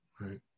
right